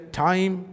time